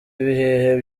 ibihe